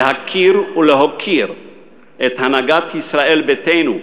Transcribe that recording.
להכיר טובה ולהוקיר את הנהגת ישראל ביתנו,